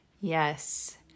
Yes